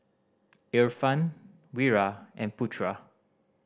Irfan Wira and Putra